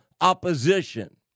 opposition